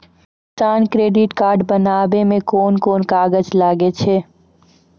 किसान credit card बनाबै मे कोन कोन कागज लागै छै?